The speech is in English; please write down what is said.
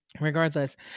regardless